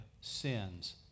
sins